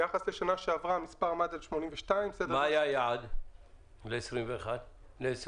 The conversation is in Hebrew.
ביחס לשנה שעברה המספר היה 82 -- מה היה היעד לשנת 2020?